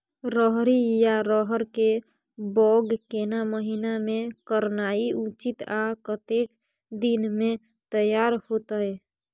रहरि या रहर के बौग केना महीना में करनाई उचित आ कतेक दिन में तैयार होतय?